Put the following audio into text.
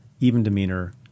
even-demeanor